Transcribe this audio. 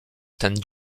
ten